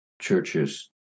churches